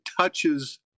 touches